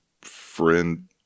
friend